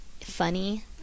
funny